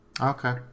Okay